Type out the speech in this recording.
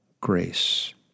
grace